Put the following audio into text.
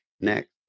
next